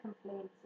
complaints